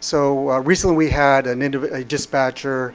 so recently we had an into a dispatcher